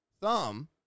thumb